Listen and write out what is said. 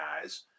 guys